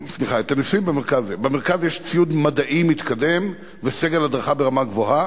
במרכז יש ציוד מדעי מתקדם וסגל הדרכה ברמה גבוהה.